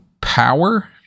power